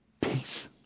Peace